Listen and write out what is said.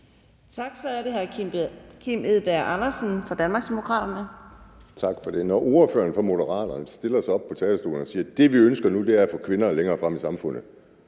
Kl. 16:05 Kim Edberg Andersen (DD): Tak for det. Når ordføreren for Moderaterne stiller sig op på talerstolen og siger, at det, de ønsker nu, er at få kvinderne længere frem i samfundet,